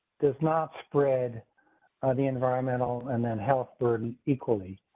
does not spread the environmental and then health burden equally